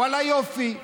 ואללה, יופי.